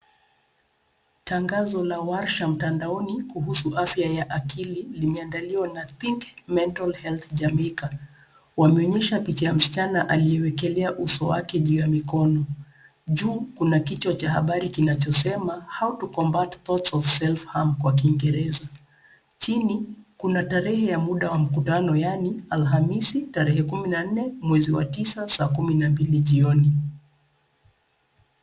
Tangazo la warsha mtandaoni kuhusu afya ya akili limeandaliwa na Think Mental Health Jamaica. Wameonyesha picha ya msichana aliyewekelea uso wake juu ya mikono. Juu kuna kichwa cha habari kinachosema How to combat thoughts of self harm kwa kiingereza, chini kuna tarehe ya muda wa mkutano yaani alhamisi tarehe kumi na nne mwezi wa tisa saa kumi na mbili jioni.